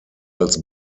als